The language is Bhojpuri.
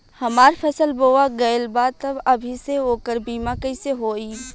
हमार फसल बोवा गएल बा तब अभी से ओकर बीमा कइसे होई?